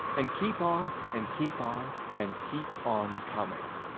and keep on and keep on and keep on coming.